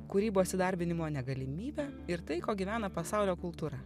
kūrybos įdarbinimo negalimybę ir tai kuo gyvena pasaulio kultūra